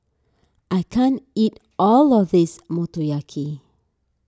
I can't eat all of this Motoyaki